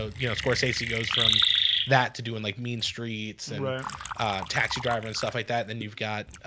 ah you know scorsese goes from that to doing like mean streets taxi driver and stuff like that then you've got